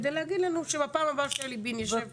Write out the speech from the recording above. כדי להגיד לנו שבפעם הבאה שאלי בין ישב פה